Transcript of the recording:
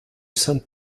sainte